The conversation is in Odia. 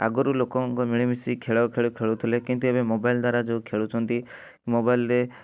ଆଗରୁ ଲୋକଙ୍କ ମିଳିମିଶି ଖେଳୁଥିଲେ କିନ୍ତୁ ଏବେ ମୋବାଇଲ ଦ୍ଵାରା ଯେଉଁ ଖେଳୁଛନ୍ତି ମୋବାଇଲରେ